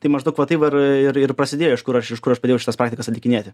tai maždaug va taip va ir ir prasidėjo iš kur aš iš kur aš padėjau šitas praktikas atlikinėti